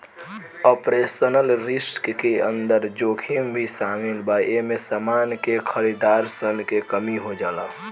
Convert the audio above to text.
operational risk के अंदर जोखिम भी शामिल बा एमे समान के खरीदार सन के कमी हो जाला